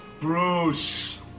Bruce